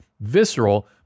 visceral